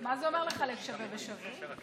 מה זה אומר לחלק שווה בשווה?